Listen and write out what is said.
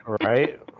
right